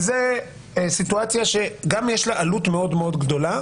וזו סיטואציה שגם יש לה עלות מאוד מאוד גדולה.